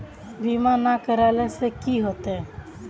बीमा ना करेला से की होते?